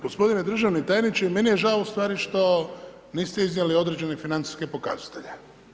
Gospodine državni tajniče meni je žao ustvari što niste iznijeli određene financijske pokazatelje.